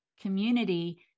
community